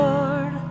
Lord